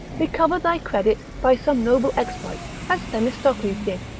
recover thy credit by some noble exploit, as themistocles did,